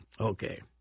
Okay